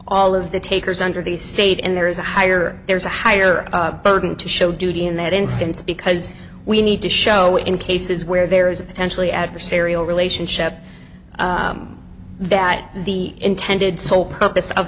under the state in there is a higher there's a higher burden to show duty in that instance because we need to show in cases where there is a potentially adversarial relationship that the intended sole purpose of